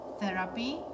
therapy